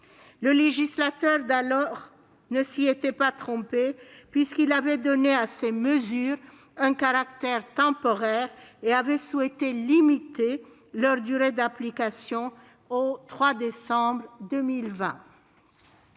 Le législateur d'alors ne s'y était pas trompé. Il avait donné à ces mesures un caractère temporaire et avait souhaité limiter leur durée d'application au 31 décembre 2020.